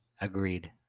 Agreed